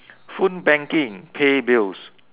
phone banking pay bills